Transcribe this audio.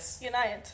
United